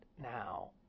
now